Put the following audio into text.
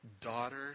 Daughter